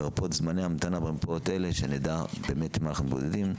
לרבות זמני ההמתנה במרפאות האלה כדי שנדע באמת עם מה אנחנו מתמודדים.